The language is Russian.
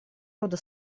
рода